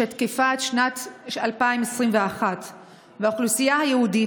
שתקפה עד שנת 2021. האוכלוסייה היהודית,